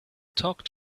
talk